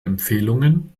empfehlungen